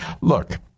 Look